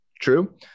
true